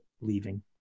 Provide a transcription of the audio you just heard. leaving